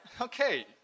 Okay